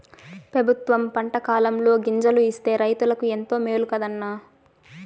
పెబుత్వం పంటకాలంలో గింజలు ఇస్తే రైతులకు ఎంతో మేలు కదా అన్న